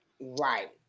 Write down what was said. Right